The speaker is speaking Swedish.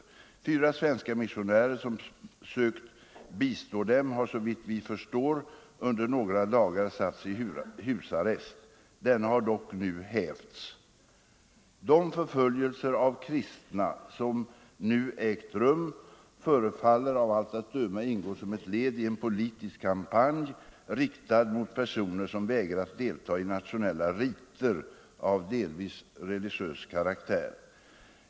Fyra svenska missionärer som sökt bistå dem har såvitt vi förstår under några dagar satts i husarrest; denna har dock nu hävts. De förföljelser av kristna som nu ägt rum förefaller av allt att döma att ingå som ett led i en politisk kampanj riktad mot personer som vägrat delta i nationella riter av delvis religiös karaktär.